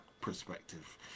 perspective